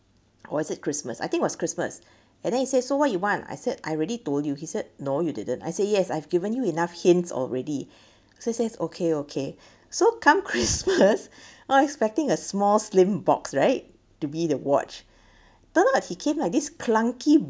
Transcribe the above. was it christmas I think was christmas and then he say so what you want I said I already told you he said no you didn't I said yes I've given you enough hints already so he says okay okay so come christmas I was expecting a small slim box right to be the watch turn out he came like this clunky